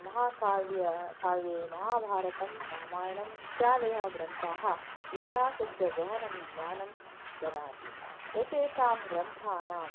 महाकाव्यं काव्ये महाभारतं रामायणम् इत्यादयः ग्रन्थाः इतिहासस्य गहनं ज्ञानं ददाति एतेषां ग्रन्थानां